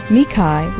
Mikai